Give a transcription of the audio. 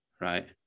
right